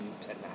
tonight